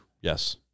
Yes